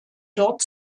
dort